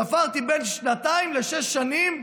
ספרתי בין שנתיים לשש שנים,